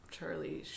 Charlie